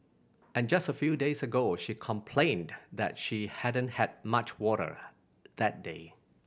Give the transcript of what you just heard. and just a few days ago she complained that she hadn't had much water that day